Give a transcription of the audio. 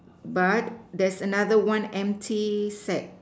but there's another one empty sack